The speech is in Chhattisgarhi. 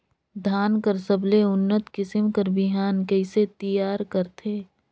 धान कर सबले उन्नत किसम कर बिहान कइसे तियार करथे?